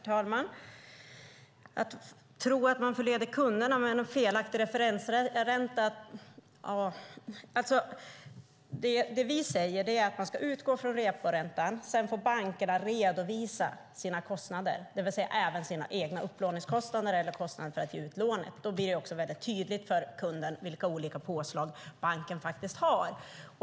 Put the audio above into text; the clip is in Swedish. Herr talman! Statsrådet sade att han tror att man förleder kunderna genom felaktig referensränta. Vi säger att man ska utgå från reporäntan. Sedan får bankerna redovisa sina kostnader, det vill säga även sina egna upplåningskostnader eller kostnader för att ge ut lånet. Då blir det tydligt för kunden vilka olika påslag banken faktiskt har.